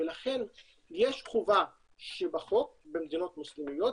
ולכן יש חובה בחוק במדינת מוסלמיות,